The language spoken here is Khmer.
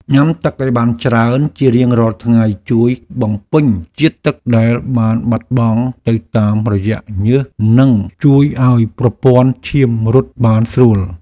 ញ៉ាំទឹកឱ្យបានច្រើនជារៀងរាល់ថ្ងៃជួយបំពេញជាតិទឹកដែលបានបាត់បង់ទៅតាមរយៈញើសនិងជួយឱ្យប្រព័ន្ធឈាមរត់បានស្រួល។